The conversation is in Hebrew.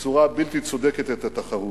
בצורה בלתי צודקת את התחרות.